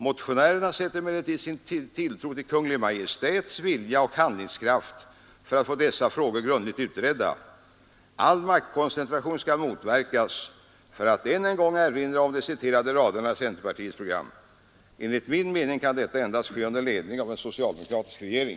Motionärerna sätter emellertid sin tilltro till Kungl. Maj:ts vilja och handlingskraft för att få dessa frågor grundligt utredda. All maktkoncentration skall motverkas — för att än en gång erinra om de citerade raderna i centerpartiets program. Enligt min mening kan detta endast ske under ledning av en socialdemokratisk regering.